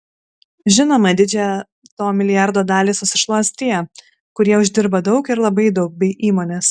žinoma didžiąją to milijardo dalį susišluos tie kurie uždirba daug ir labai daug bei įmonės